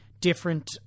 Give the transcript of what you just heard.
different